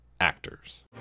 actors